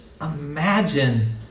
imagine